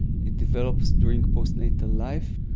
it develops during post-natal life.